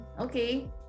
okay